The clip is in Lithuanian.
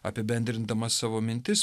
apibendrindamas savo mintis